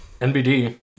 NBD